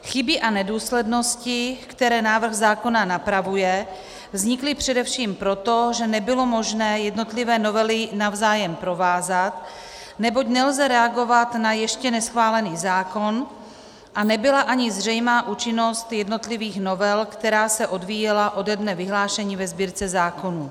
Chyby a nedůslednosti, které návrh zákona napravuje, vznikly především proto, že nebylo možné jednotlivé novely navzájem provázat, neboť nelze reagovat na ještě neschválený zákon, a nebyla ani zřejmá účinnost jednotlivých novel, která se odvíjela ode dne vyhlášení ve sbírce zákonů.